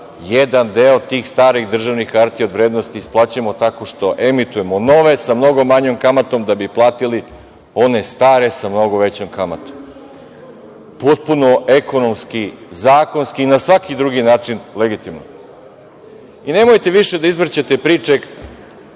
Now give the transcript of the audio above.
jedan deo tih starih državnih hartija od vrednosti isplaćujemo tako što emitujemo nove, sa mnogo manjom kamatom, da bi platili one stare, sa mnogo većom kamatom. Potpuno ekonomski, zakonski i na svaki drugi način legitimno. Nemojte više da izvrćete priče